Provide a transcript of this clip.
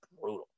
brutal